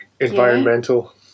environmental